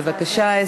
בבקשה,